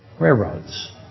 railroads